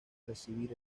recibir